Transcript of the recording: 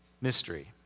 Mystery